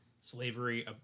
slavery